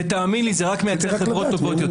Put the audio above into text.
תאמין לי שזה רק מייצר חברות טובות יותר.